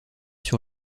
sur